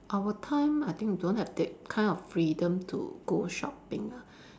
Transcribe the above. our time I think we don't have that kind of freedom to go shopping ah